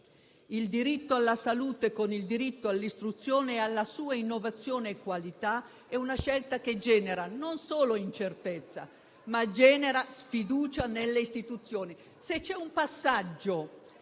il diritto alla salute con il diritto all'istruzione e alla sua innovazione e qualità, è una scelta che genera non solo incertezza, ma anche sfiducia nelle istituzioni.